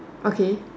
okay